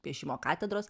piešimo katedros